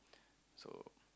so